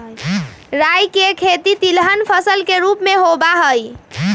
राई के खेती तिलहन फसल के रूप में होबा हई